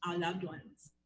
ah loved ones?